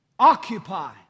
Occupy